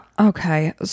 Okay